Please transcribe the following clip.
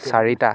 চাৰিটা